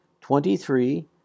twenty-three